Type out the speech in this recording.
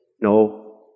No